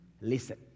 listen